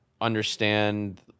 understand